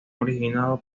originado